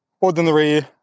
ordinary